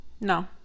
no